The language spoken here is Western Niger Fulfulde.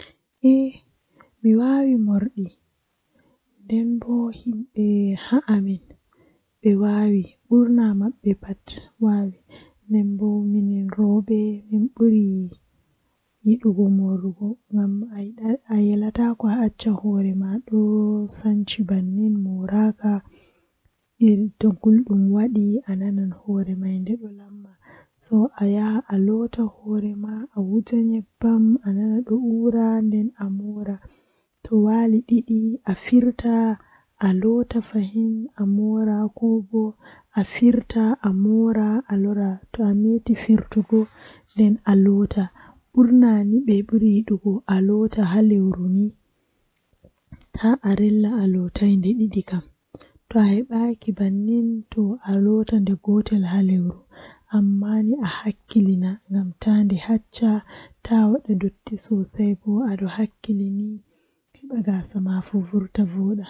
Ndikkinami mi laata midon nder jaangol malla pewol haadow guldum ngam guldum to wadi guldum masin dum masibo, Hadama daanugo hadama juulugo hadama ko ayidi wadugo fuu amma jango mo jango wadori fuu to aborni kare jangol asuddoto awawan awada nden ayaha haa ayidi fu.